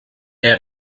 est